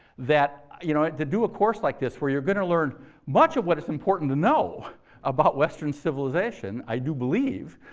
you know to do a course like this where you're going to learn much of what is important to know about western civilization, i do believe,